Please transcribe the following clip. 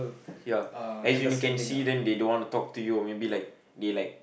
ya as in you can see them they don't want to talk to you or maybe like they like